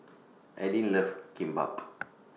Aidyn loves Kimbap